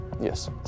Yes